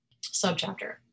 Subchapter